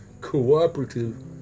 COOPERATIVE